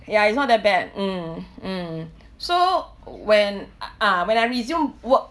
ya it's not that bad mm mm so when ah when I resumed work